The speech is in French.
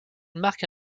marque